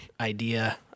idea